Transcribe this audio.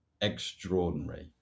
extraordinary